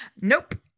Nope